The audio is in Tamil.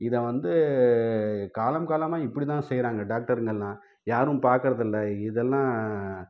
இதை வந்து காலம் காலமாக இப்படிதான் செய்கிறாங்க டாக்டருங்கெல்லாம் யாரும் பார்க்குறதில்ல இதெல்லாம்